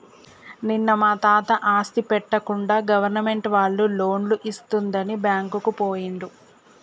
నిన్న మా తాత ఆస్తి పెట్టకుండా గవర్నమెంట్ వాళ్ళు లోన్లు ఇస్తుందని బ్యాంకుకు పోయిండు